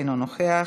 אינו נוכח.